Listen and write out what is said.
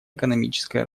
экономическое